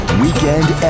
weekend